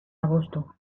agosto